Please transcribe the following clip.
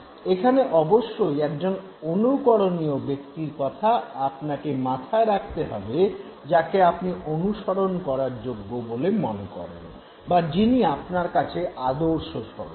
এখানে অবশ্যই একজন অনুকরণীয় ব্যক্তির কথা আপনাকে মাথায় রাখতে হবে যাকে আপনি অনুসরণ করার যোগ্য বলে মনে করেন বা যিনি আপনার কাছে আদর্শস্বরূপ